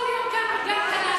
על מה את מדברת?